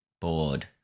bored